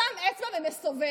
שם אצבע ומסובב,